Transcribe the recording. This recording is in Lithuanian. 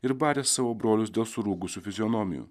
ir baręs savo brolius dėl surūgusių fizionomijų